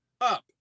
up